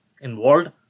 involved